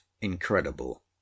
incredible